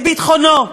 את ביטחונו,